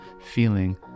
feeling